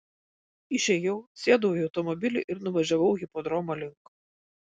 išėjau sėdau į automobilį ir nuvažiavau hipodromo link